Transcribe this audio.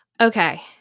Okay